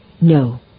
No